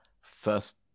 first